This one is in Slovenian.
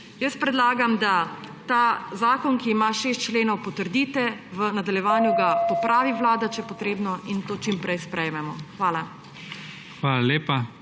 Jaz predlagam, da ta zakon, ki ima šest členov, potrdite, v nadaljevanju ga popravi Vlada, če je potrebno, in to čim prej sprejmemo. Hvala. PREDSEDNIK